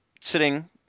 sitting